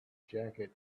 jacket